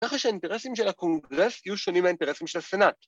‫ככה שהאינטרסים של הקונגרס ‫יהיו שונים מהאינטרסים של הסנאט.